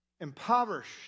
impoverished